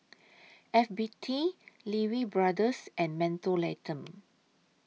F B T Lee Wee Brothers and Mentholatum